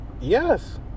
Yes